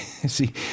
See